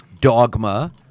Dogma